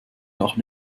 nach